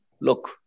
look